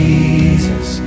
Jesus